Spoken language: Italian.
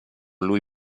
lui